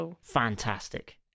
Fantastic